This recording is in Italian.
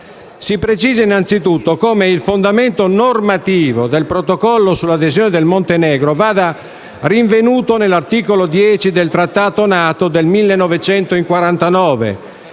Si precisa innanzitutto come il fondamento normativo del Protocollo sull'adesione del Montenegro vada rinvenuto nell'articolo 10 del Trattato NATO del 1949,